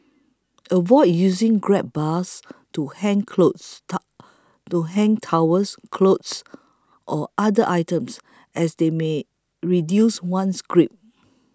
avoid using grab bars to hang clothes to hang towels clothes or other items as they may reduce one's grip